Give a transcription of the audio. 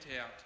out